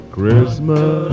Christmas